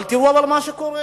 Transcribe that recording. אבל תראו מה קורה.